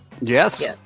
Yes